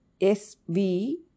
S-V